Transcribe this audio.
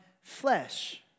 flesh